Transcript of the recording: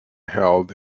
held